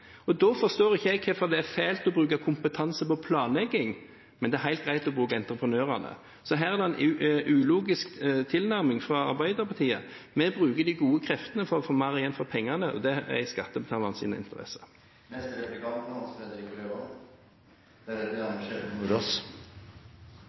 og da forstår ikke jeg hvorfor det er fælt å bruke kompetanse på planlegging, mens det er helt greit å bruke entreprenørene. Så her er det en ulogisk tilnærming fra Arbeiderpartiet. Vi bruker de gode kreftene for å få mer igjen for pengene, og det er i skattebetalernes interesse. I denne proposisjonen er